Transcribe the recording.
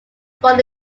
born